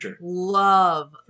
love